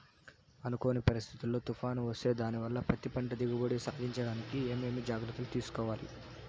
అనుకోని పరిస్థితుల్లో తుఫాను వస్తే దానివల్ల పత్తి పంట దిగుబడి సాధించడానికి ఏమేమి జాగ్రత్తలు తీసుకోవాలి?